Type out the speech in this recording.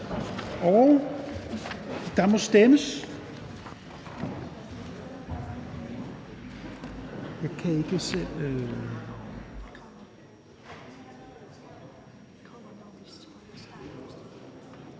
og der må stemmes.